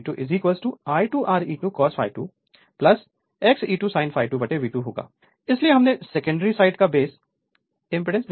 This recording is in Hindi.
Refer Slide Time 3240 इसलिए V2 0 V2V2 एज के संदर्भ में वोल्टेज रेगुलेशन है जो प्रति unit Re2 per unit cos ∅2 XE2 प्रति यूनिट sin ∅2 है बहुत आसान है इसके लिए थोड़ा सा अभ्यास आवश्यक है